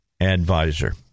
advisor